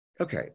Okay